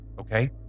Okay